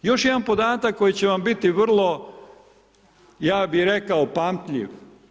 Još jedan podatak, koji će vam biti vrlo, ja bi rekao pamtljiv.